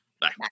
Bye